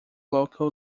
local